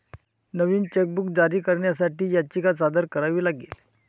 नवीन chequebook जारी करण्यासाठी याचिका सादर करावी लागेल